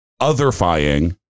otherfying